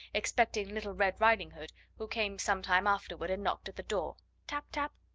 expecting little red riding-hood, who came some time afterward and knocked at the door tap, tap.